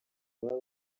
baba